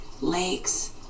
lakes